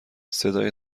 صدای